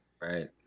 Right